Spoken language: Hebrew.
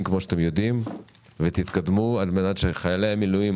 כמו שאתם יודעים על מנת שאותם חיילי מילואים,